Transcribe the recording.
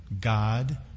God